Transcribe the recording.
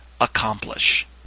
accomplish